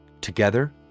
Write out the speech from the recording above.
Together